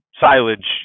silage